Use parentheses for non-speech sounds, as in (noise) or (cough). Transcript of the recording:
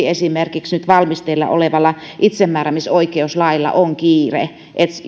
(unintelligible) esimerkiksi nyt valmisteilla olevalla itsemääräämisoikeuslailla on kiire